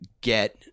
get